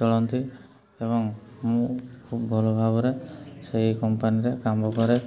ଚଳନ୍ତି ଏବଂ ମୁଁ ଖୁବ୍ ଭଲ ଭାବରେ ସେହି କମ୍ପାନୀରେ କାମ କରେ